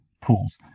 pools